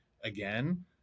again